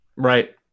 right